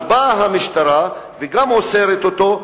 אז באה המשטרה וגם אוסרת אותו,